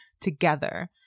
together